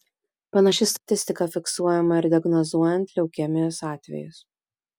panaši statistika fiksuojama ir diagnozuojant leukemijos atvejus